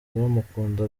bamukunda